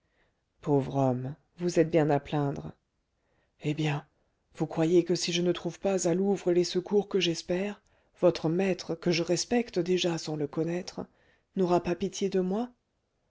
pauvre homme vous êtes bien à plaindre eh bien vous croyez que si je ne trouve pas à louvres les secours que j'espère votre maître que je respecte déjà sans le connaître n'aura pas pitié de moi